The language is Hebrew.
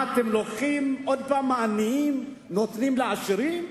מה, אתם לוקחים עוד פעם מהעניים ונותנים לעשירים?